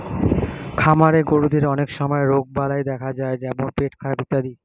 খামারের গরুদের অনেক সময় রোগবালাই দেখা যায় যেমন পেটখারাপ ইত্যাদি